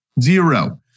zero